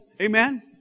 Amen